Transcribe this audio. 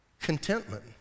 Contentment